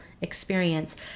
experience